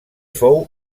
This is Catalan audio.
fou